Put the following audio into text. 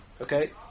Okay